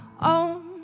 own